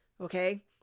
Okay